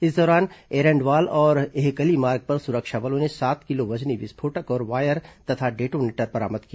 इस दौरान एरंडवाल और एहकली मार्ग पर सुरक्षा बलों ने सात किलो वजनी विस्फोटक और वायर तथा डेटोनेटर बरामद किया